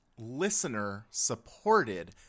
listener-supported